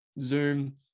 Zoom